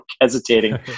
hesitating